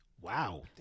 Wow